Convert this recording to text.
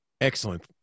Excellent